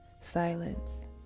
silence